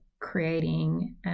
creating